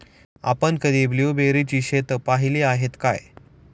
आपण कधी ब्लुबेरीची शेतं पाहीली आहेत काय?